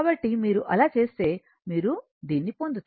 కాబట్టి మీరు అలా చేస్తే మీరు దీన్ని పొందుతారు